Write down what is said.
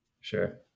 sure